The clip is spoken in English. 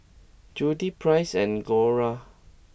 Judyth Price and Gloria